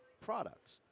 products